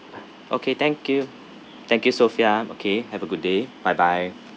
okay thank you thank you sophia okay have a good day bye bye